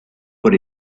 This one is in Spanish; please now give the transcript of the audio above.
por